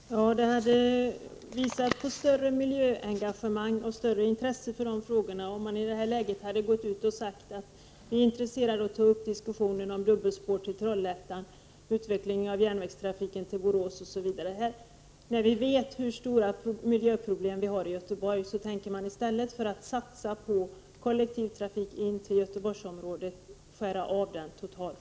Herr talman! Det hade visat på större miljöengagemang och större intresse för miljöfrågorna om man i det här läget hade uttalat att man är intresserad av att ta upp en diskussion om dubbelspår till Trollhättan, utveckling av järnvägstrafiken till Borås, osv. Trots att man vet hur stora miljöproblem vi har i Göteborg tänker man, i stället för att satsa på kollektivtrafik in till Göteborgsområdet, skära av den totalt!